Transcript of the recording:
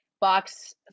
box